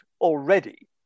already